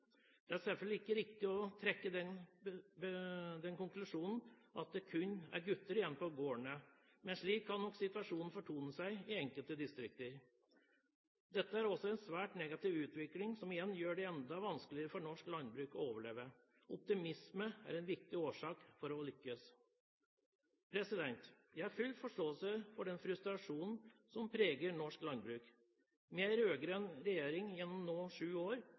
Det er selvfølgelig ikke riktig å trekke den konklusjonen at det kun er gutter igjen på gårdene, men slik kan nok situasjonen fortone seg i enkelte distrikter. Dette er også en svært negativ utvikling, som igjen gjør det enda vanskeligere for norsk landbruk å overleve. Optimisme er viktig for å lykkes. Jeg har full forståelse for den frustrasjonen som preger norsk landbruk. Med en rød-grønn regjering nå gjennom syv år